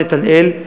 נתנאל,